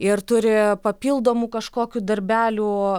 ir turi papildomų kažkokių darbelių